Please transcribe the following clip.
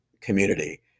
community